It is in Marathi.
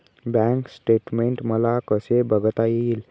बँक स्टेटमेन्ट मला कसे बघता येईल?